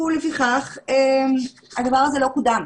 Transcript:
ולפיכך הדבר הזה לא קודם.